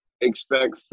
expect